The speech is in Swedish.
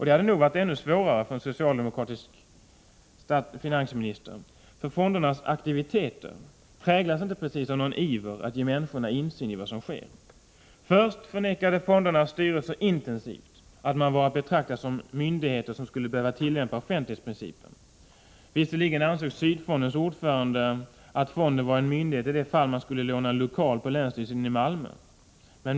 Det är nog ännu svårare för en socialdemokratisk finansminister, för fondernas aktiviteter präglas inte av någon iver att ge människor insyn i vad som sker. Först förnekade fondernas styrelser intensivt att de var att betrakta som myndigheter som skulle behöva tillämpa offentlighetsprincipen. Visserligen ansåg Sydfondens ordförande att fonden var en myndighet i det fall man skulle låna en lokal på länsstyrelsen i Malmö.